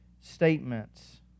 statements